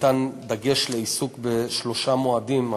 מושם דגש בעיסוק בשלושה מועדים: